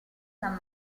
san